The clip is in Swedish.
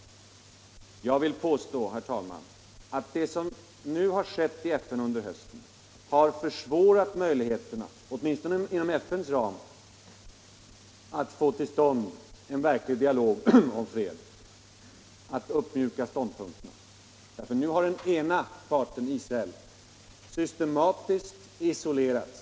Men jag vill påstå att det som har skett i FN under denna höst har försvårat möjligheterna att — i varje fall inom FN:s ram -— få till stånd en verklig dialog om fred och att uppmjuka ståndpunkterna, ty nu har den ena parten, Israel, systematiskt isolerats.